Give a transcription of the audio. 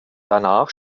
danach